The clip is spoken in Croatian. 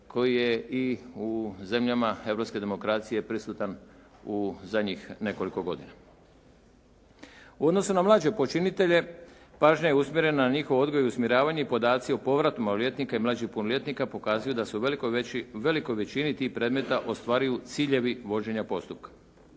koji je i u zemljama europske demokracije prisutan u zadnjih nekoliko godina. U odnosu na mlađe počinitelje, pažnja je usmjerena na njihov odgoj i usmjeravanje i podaci o povratima maloljetnika i mlađih punoljetnika pokazuju da su velikoj većini tih predmeta ostvaruju ciljevi vođenja postupka.